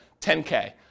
10K